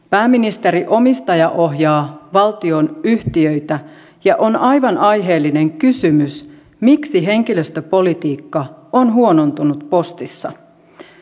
pääministeri omistajaohjaa valtionyhtiöitä ja on aivan aiheellinen kysymys miksi henkilöstöpolitiikka on huonontunut postissa